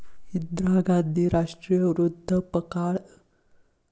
इंदिरा गांधी राष्ट्रीय वृद्धापकाळ निवृत्तीवेतन योजना मध्ये मी अर्ज का करू शकतो का?